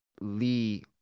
lee